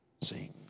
See